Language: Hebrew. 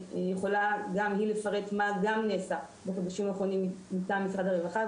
שיכולה גם היא לפרט מה נעשה בחודשים האחרונים מטעם משרד הרווחה.